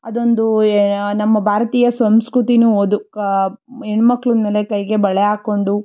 ಅದೊಂದು ಎ ನಮ್ಮ ಭಾರತೀಯ ಸಂಸ್ಕೃತಿಯೂ ಹೌದು ಕ ಹೆಣ್ಮಕ್ಳು ಅಂದಮೇಲೆ ಕೈಗೆ ಬಳೆ ಹಾಕೊಂಡು